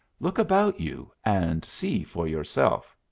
look about you and see for yourself.